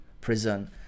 prison